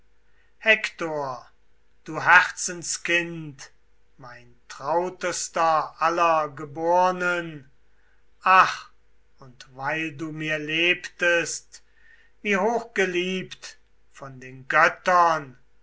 hektor du herzenskind mein trautester aller gebornen ach und weil du mir lebtest wie hochgeliebt von den göttern